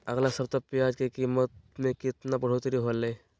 अगला सप्ताह प्याज के कीमत में कितना बढ़ोतरी होलाय?